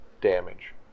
damage